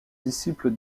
disciple